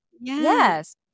Yes